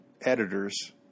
editors